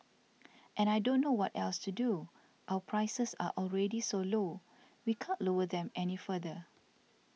and I don't know what else to do our prices are already so low we can't lower them any further